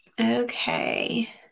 Okay